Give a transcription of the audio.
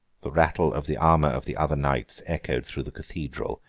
the rattle of the armour of the other knights echoed through the cathedral,